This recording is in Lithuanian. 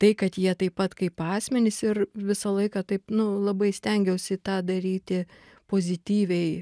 tai kad jie taip pat kaip asmenys ir visą laiką taip nu labai stengiausi tą daryti pozityviai